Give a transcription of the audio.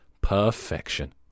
perfection